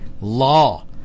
law